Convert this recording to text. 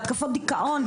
בהתקפות דיכאון.